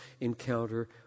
encounter